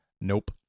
Nope